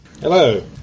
Hello